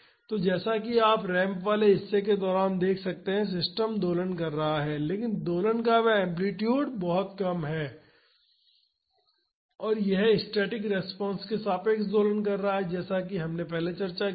तो जैसा कि आप रैंप वाले हिस्से के दौरान देख सकते हैं कि सिस्टम दोलन कर रहा है लेकिन दोलन का वह एम्पलीटूड बहुत कम है और यह स्टैटिक रिस्पांस के सापेक्ष दोलन कर रहा है जैसा कि हमने पहले चर्चा की है